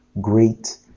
great